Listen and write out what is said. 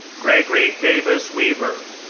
gregory davis weaver,